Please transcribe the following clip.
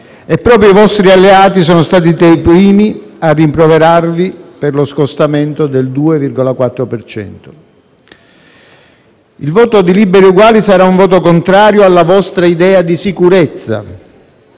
e proprio i vostri alleati sono stati i primi a rimproverarvi per lo scostamento del 2,4 per cento. Il voto di Libero e Uguali sarà un voto contrario alla vostra idea di sicurezza.